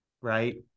right